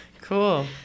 Cool